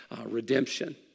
redemption